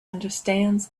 understands